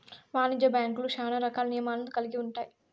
వాణిజ్య బ్యాంక్యులు శ్యానా రకాల నియమాలను కల్గి ఉంటాయి